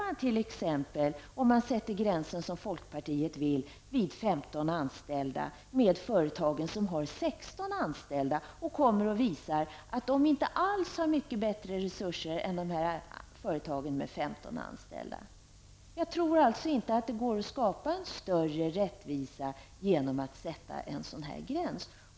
Och hur gör man om man, vilket t.ex. folkpartiet vill, nämligen sätta gränsen vid femton anställda, med ett företag som har sexton anställda och visar att det inte alls har bättre resurser än företaget med femton anställda? Jag tror alltså inte att det går att skapa en större rättvisa genom att sätta en sådan gräns.